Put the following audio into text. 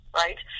right